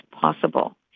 possible